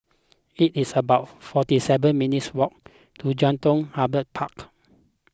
it is about forty seven minutes' walk to Jelutung Harbour Park